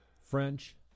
french